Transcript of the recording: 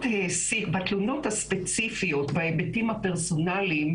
בתלונות הספציפיות ובהיבטים הפרסונליים,